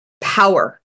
power